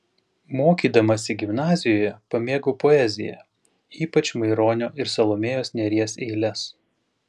mokydamasi gimnazijoje pamėgau poeziją ypač maironio ir salomėjos nėries eiles